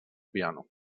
piano